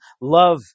love